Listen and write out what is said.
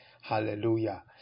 hallelujah